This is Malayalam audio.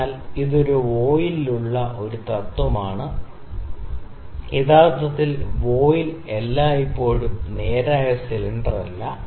അതിനാൽ ഇത് ഒരു വോയ്ലിനുള്ള ഒരു തത്വമാണ് യഥാർത്ഥത്തിൽ വോയിൽ എല്ലായ്പ്പോഴും നേരായ സിലിണ്ടറല്ല